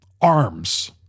Arms